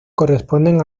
corresponden